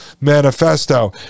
Manifesto